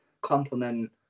complement